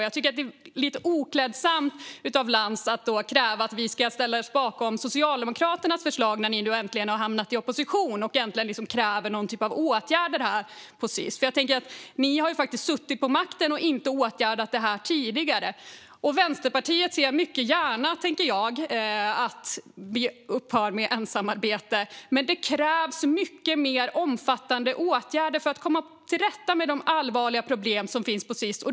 Jag tycker att det är lite oklädsamt av Lantz att då kräva att vi ska ställa oss bakom Socialdemokraternas förslag när ni nu äntligen har hamnat i opposition och kräver någon typ av åtgärder när det gäller Sis. Ni har ju suttit vid makten och inte åtgärdat detta tidigare. Vänsterpartiet ser gärna att ensamarbetet upphör, men det krävs mycket mer omfattande åtgärder för att komma till rätta med de allvarliga problem som finns på Sis.